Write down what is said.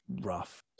Rough